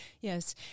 Yes